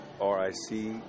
R-I-C